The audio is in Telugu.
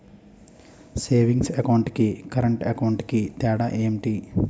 సేవింగ్స్ అకౌంట్ కి కరెంట్ అకౌంట్ కి తేడా ఏమిటి?